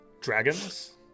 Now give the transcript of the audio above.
dragons